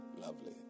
lovely